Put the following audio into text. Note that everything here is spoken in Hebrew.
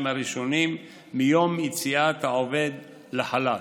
הראשונים מיום יציאת העובד לחל"ת.